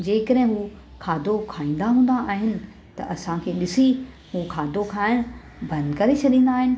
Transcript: जेकॾहिं हू खाधो खाईंदा हूंदा आहिनि त असां खे ॾिसीं हू खाधो खाइणु बंदि करे छॾींदा आहिनि